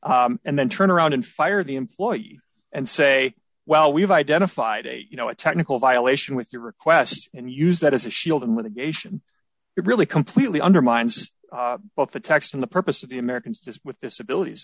written and then turn around and fire the employee and say well we've identified a you know a technical violation with your request and use that as a shield and with the nation it really completely undermines both the text and the purpose of the americans just with disabilities